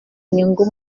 inyungu